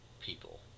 people